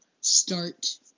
start